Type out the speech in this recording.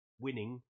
winning